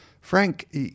Frank